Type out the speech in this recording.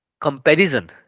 comparison